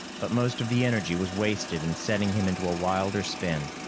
but most of the energy was wasted in setting him into a wilder spin.